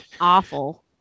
awful